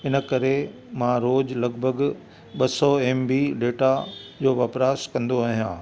इन करे मां रोज़ु लॻभॻि ॿ सौ एम बी डेटा जो वपरास कंदो आहियां